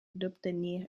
d’obtenir